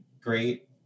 great